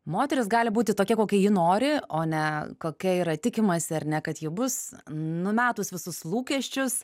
moteris gali būti tokia kokia ji nori o ne kokia yra tikimasi ar ne kad ji bus numetus visus lūkesčius